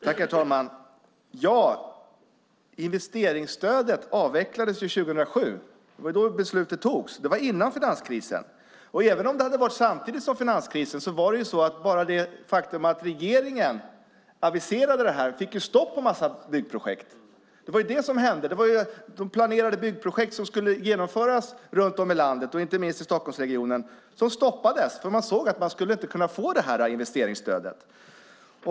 Herr talman! Investeringsstödet avvecklades 2007. Det var då beslutet fattades. Det var innan finanskrisen. Även om det hade varit samtidigt som finanskrisen var det så att bara det faktum att regeringen aviserade beslutet gjorde att det blev stopp på en mängd byggprojekt. De planerade byggprojekt som skulle genomföras runt om i landet, inte minst i Stockholmsregionen, stoppades eftersom man förstod att man inte skulle få investeringsstödet.